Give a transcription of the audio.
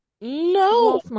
no